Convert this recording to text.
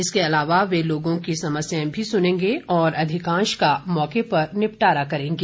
इसके अलावा वे लोगों की समस्याएं भी सुनेंगे और अधिकांश का मौके पर निपटारा करेंगे